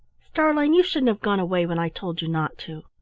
starlein, you shouldn't have gone away when i told you not to.